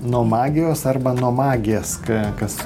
nuo magijos arba nuo magės ką kas